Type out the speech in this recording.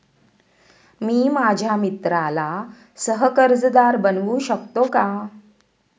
मी माझ्या मित्राला सह कर्जदार बनवू शकतो का?